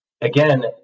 again